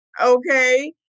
Okay